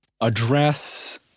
address